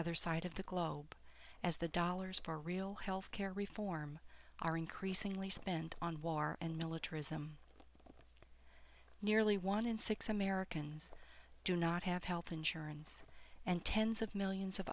other side of the globe as the dollars for real health care reform are increasingly spent on war and militarism nearly one in six americans do not have health insurance and tens of millions of